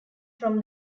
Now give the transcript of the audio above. from